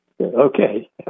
Okay